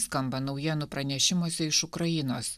skamba naujienų pranešimuose iš ukrainos